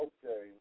Okay